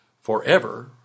forever